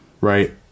right